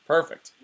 Perfect